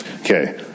Okay